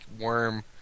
worm